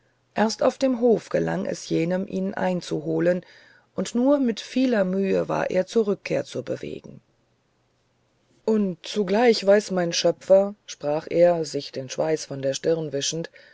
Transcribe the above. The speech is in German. erst auf dem hof gelang es jenem ihn einzuholen und nur mit vieler mühe war er zur rückkehr zu bewegen und zugleich weiß mein schöpfer sprach er sich den schweiß von der stirn wischend